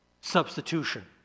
substitution